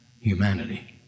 Humanity